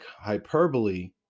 hyperbole